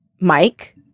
mike